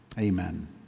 Amen